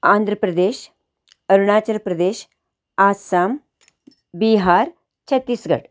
Andhra Pradesh Arunachal Pradesh Assam Bihar Chhattisgarh